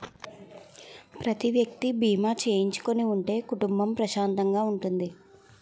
ప్రతి వ్యక్తి బీమా చేయించుకుని ఉంటే కుటుంబం ప్రశాంతంగా ఉంటుంది